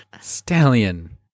Stallion